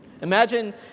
Imagine